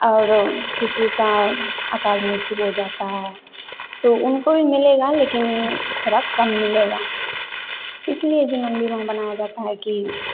और किसी की अकाल मृत्यु हो जाती है तो उनको भी मिलेगा लेकिन थोड़ा कम मिलेगा इसलिए जिन मंदिरों में मनाया जाता है कि